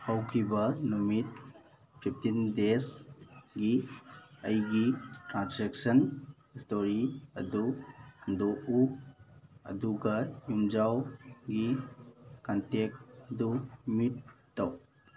ꯍꯧꯈꯤꯕ ꯅꯨꯃꯤꯠ fifteen days ꯒꯤ ꯑꯩꯒꯤ ꯇ꯭ꯔꯥꯟꯖꯦꯛꯁꯟ ꯍꯤꯁꯇꯣꯔꯤ ꯑꯗꯨ ꯍꯥꯡꯗꯣꯛꯎ ꯑꯗꯨꯒ ꯌꯨꯝꯖꯥꯎꯒꯤ ꯀꯟꯇꯦꯛꯗꯨ ꯃ꯭ꯌꯨꯠ ꯇꯧ